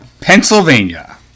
Pennsylvania